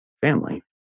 family